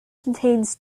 contains